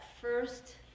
first